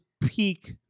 peak